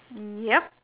yup